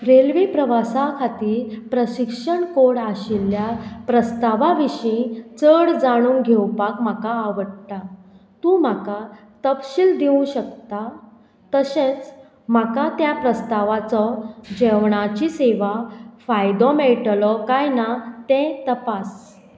railway प्रवासा खातीर प्रशिक्षण कोड आशिल्ल्या प्रस्ता विशीं चड जाणून घेवपाक म्हाका आवडटा तूं म्हाका तपशील दिवंक शकता तशेंच म्हाका त्या प्रस्तावचो जेवणाची सेवा फायदो मेळटलो काय ना तें तपास